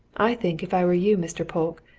i think, if i were you, mr. polke,